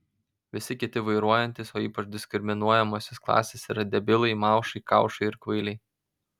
visi kiti vairuojantys o ypač diskriminuojamosios klasės yra debilai maušai kaušai ir kvailiai